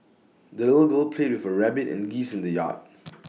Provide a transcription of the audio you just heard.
the little girl played with her rabbit and geese in the yard